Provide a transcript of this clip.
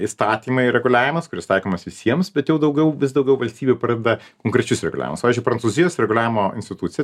įstatymai reguliavimas kuris taikomas visiems bet jau daugiau vis daugiau valstybių pradeda konkrečius reguliavimus pavyzdžiui prancūzijos reguliavimo institucija